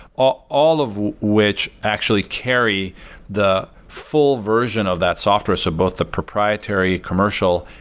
all all of which actually carry the full version of that software. so both the proprietary commercial,